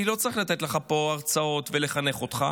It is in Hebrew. אני לא צריך לתת לך פה הרצאות ולחנך אותך,